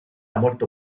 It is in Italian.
molto